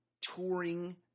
touring